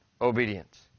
obedience